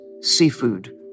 seafood